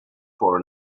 for